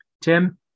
Tim